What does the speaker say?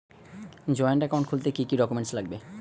Joint account খুলতে কি কি ডকুমেন্টস লাগবে?